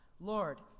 Lord